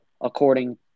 according